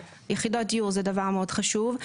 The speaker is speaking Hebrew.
יחידות דיור זה דבר מאוד חשוב,